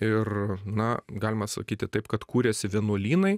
ir na galima sakyti taip kad kūrėsi vienuolynai